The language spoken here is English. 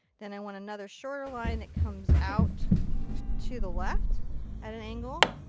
then, i want another shorter line that comes out to the left at an angle.